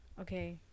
Okay